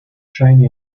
shiny